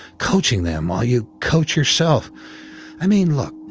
coaching them while you coach yourself i mean look,